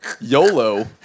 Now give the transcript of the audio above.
YOLO